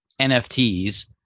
NFTs